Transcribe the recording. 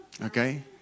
Okay